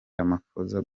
ramaphosa